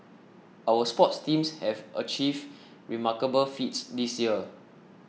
our sports teams have achieved remarkable feats this year